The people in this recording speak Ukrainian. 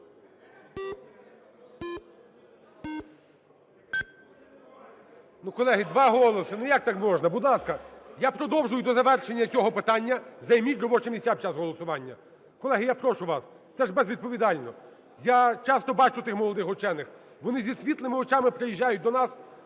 колеги, 2 голоси, ну, як так можна! Будь ласка, я продовжую до завершення цього питання, займіть робочі місця під час голосування. Колеги, я прошу вас, це ж безвідповідально. Я часто бачу тих молодих учених, вони зі світлими очима приїжджають до нас,